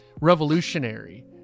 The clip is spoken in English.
revolutionary